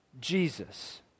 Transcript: Jesus